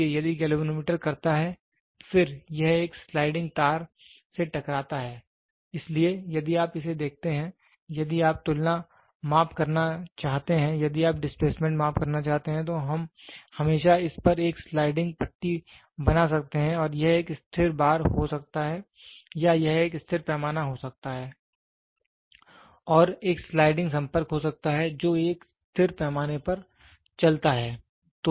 इसलिए यदि गैल्वेनोमीटर करता है और फिर यह एक स्लाइडिंग तार से टकराता है इसलिए यदि आप इसे देखते हैं यदि आप तुलना माप करना चाहते हैं यदि आप डिस्प्लेसमेंट माप करना चाहते हैं तो हम हमेशा इस पर एक स्लाइडिंग पट्टी बना सकते हैं और यह एक स्थिर बार हो सकता है या यह एक स्थिर पैमाने हो सकता है और एक स्लाइडिंग संपर्क हो सकता है जो एक स्थिर पैमाने पर चलता है